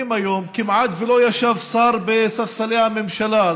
היום כמעט שלא ישב שר בספסלי הממשלה.